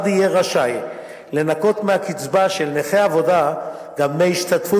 יהיה רשאי לנכות מהקצבה של נכה עבודה גם דמי השתתפות